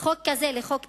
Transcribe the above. כזה לחוק טכני,